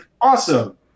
awesome